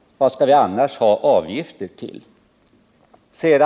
Vad skall vi annars ha avgifter till?